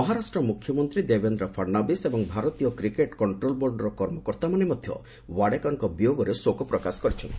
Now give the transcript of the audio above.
ମହାରାଷ୍ଟ୍ର ମୁଖ୍ୟମନ୍ତ୍ରୀ ଦେବେନ୍ଦ୍ର ଫଡ଼୍ନାବୀସ୍ ଏବଂ ଭାରତୀୟ କ୍ରିକେଟ୍ କଣ୍ଟ୍ରୋଲ୍ ବୋର୍ଡ଼ର କର୍ମକର୍ତ୍ତାମାନେ ମଧ୍ୟ ୱାଡେକରଙ୍କ ବିୟୋଗରେ ଶୋକପ୍ରକାଶ କରିଛନ୍ତି